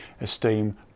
esteem